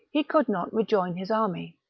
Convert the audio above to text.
he could not rejoin his army.